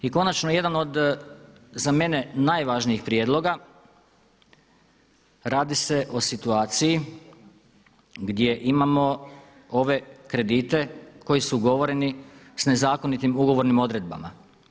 I konačno jedan od za mene najvažnijih prijedloga radi se o situaciji gdje imamo ove kredite koji su ugovoreni s nezakonitim ugovornim odredbama.